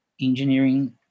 engineering